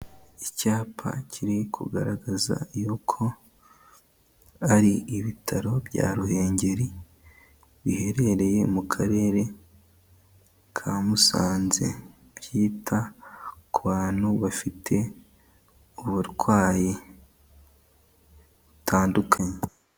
Icyapa kiri kugaragaza yuko ari ibitaro bya Ruhengeri, biherereye mu karere ka Musanze, byita ku bantu bafite uburwayi butandukanye.